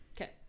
Okay